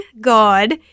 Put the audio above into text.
God